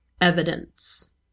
evidence